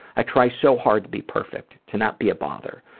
i try so hard to be perfect, to not be a bother,